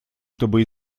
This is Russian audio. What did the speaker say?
чтобы